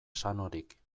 sanorik